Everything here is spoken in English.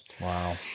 Wow